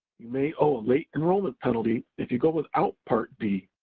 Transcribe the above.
you may owe a late enrollment penalty if you go without part d,